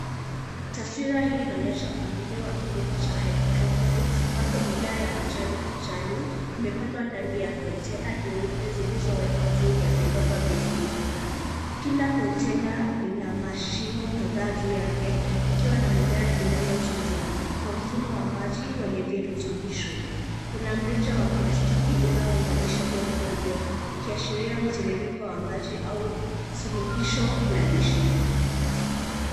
Taswira hii inaonyesha mpangilio wa kilimo cha hydroponics ambapo mimea ya majani kijani imepandwa ndani ya kontena nyeupe zilizowekwa juu ya viroba nyekundu. Kila kontena lina mashimo kadhaa juu yake ikiwa na mimea inayotunzwa kwa mfumo wa maji wenye viritubisho. Kuna mrija wa plastiki unaounganisha vyombo hivyo vikiashiria mtiririko wa maji au suluhisho la lishe.